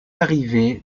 arrivé